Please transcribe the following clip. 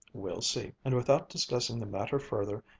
we'll see, and without discussing the matter further,